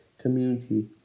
community